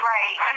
Right